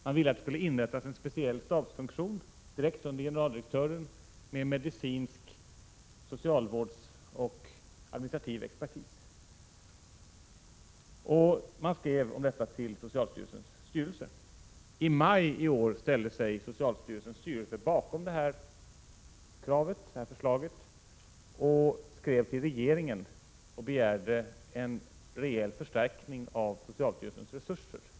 Man ville att det skulle inrättas en speciell stabsfunktion direkt underställd generaldirektören, med medicinsk expertis, socialvårdsexpertis och administrativ expertis. Man skrev om detta till socialstyrelsens styrelse. I maj i år ställde sig socialstyrelsens styrelse bakom detta förslag och skrev till regeringen och begärde en rejäl förstärkning av socialstyrelsens resurser.